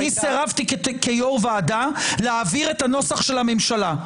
אני סירבתי כיושב-ראש ועדה להעביר את הנוסח של הממשלה.